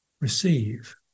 Receive